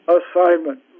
assignment